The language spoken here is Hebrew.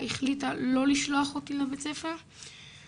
החליטה לא לשלוח אותי לבית הספר,